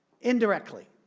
Indirectly